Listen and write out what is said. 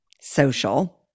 social